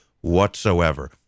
whatsoever